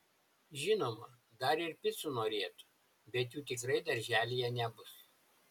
žinoma dar ir picų norėtų bet jų tikrai darželyje nebus